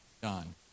done